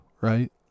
right